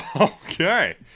Okay